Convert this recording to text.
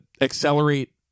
accelerate